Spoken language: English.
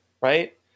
right